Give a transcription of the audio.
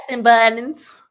buttons